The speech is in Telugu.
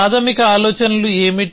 ప్రాథమిక ఆలోచనలు ఏమిటి